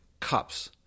cups